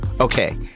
Okay